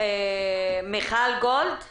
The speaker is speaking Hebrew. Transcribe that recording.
מיכל גולד נמצאת?